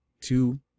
Two